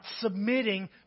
submitting